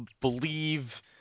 believe